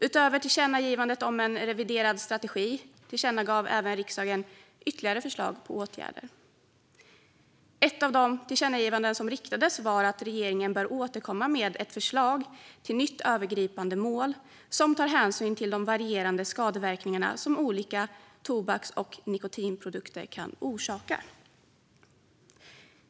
Utöver tillkännagivandet om en reviderad strategi tillkännagav även riksdagen ytterligare förslag på åtgärder. Ett av de tillkännagivanden som riktades var att regeringen bör återkomma med ett förslag till nytt övergripande mål som tar hänsyn till de varierande skadeverkningar som olika tobaks och nikotinprodukter kan orsaka.